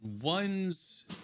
ones